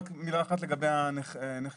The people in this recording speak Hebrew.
רק מילה אחת לגבי הנכים.